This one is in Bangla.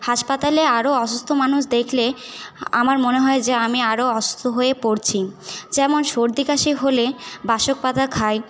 হাসপাতালে আরও অসুস্থ মানুষ দেখলে আমার মনে হয় যে আমি আরও অসুস্থ হয়ে পড়ছি যেমন সর্দি কাশি হলে বাসক পাতা খাই